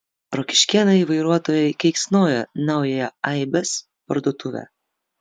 rokiškėnai vairuotojai keiksnoja naująją aibės parduotuvę